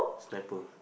sniper